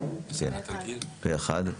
הצבעה אושר.